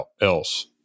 else